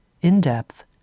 in-depth